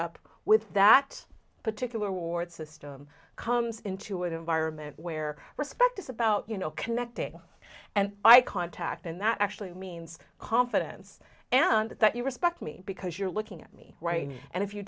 up with that particular ward system comes into it environment where respect is about you know connecting and eye contact and that actually means confidence and that you respect me because you're looking at me and if you